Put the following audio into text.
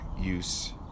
use